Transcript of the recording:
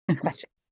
Questions